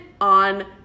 on